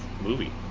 movie